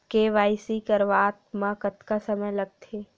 KYC करवात म कतका समय लगथे?